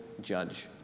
judge